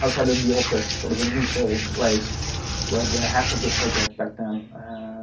outside of the the office, sort of a neutral place where the heads of the project back then